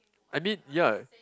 I mean ya